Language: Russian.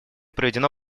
проведено